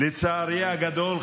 לצערי הגדול,